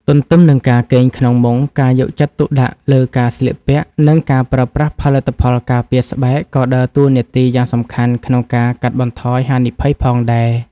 ទន្ទឹមនឹងការគេងក្នុងមុង ការយកចិត្តទុកដាក់លើការស្លៀកពាក់ និងការប្រើប្រាស់ផលិតផលការពារស្បែកក៏ដើរតួនាទីយ៉ាងសំខាន់ក្នុងការកាត់បន្ថយហានិភ័យផងដែរ។